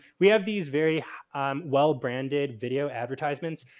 we have these very well branded video advertisements.